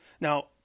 Now